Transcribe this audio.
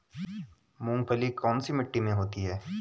मूंगफली कौन सी मिट्टी में होती है?